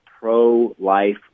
pro-life